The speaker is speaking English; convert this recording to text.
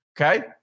Okay